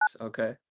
Okay